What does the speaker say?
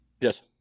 yes